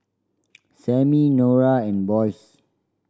Sammie Norah and Boyce